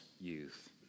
youth